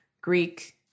Greek